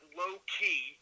low-key